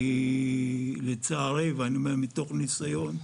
כי לצערי, ואני אומר מתוך ניסיון,